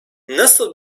nasıl